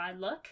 look